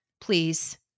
Please